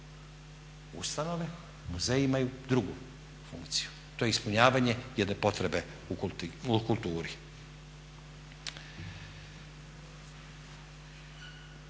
Ustanove, muzeji imaju drugu funkciju, to je ispunjavanje jedne potrebe u kulturi.